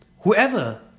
whoever